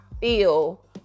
feel